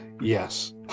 Yes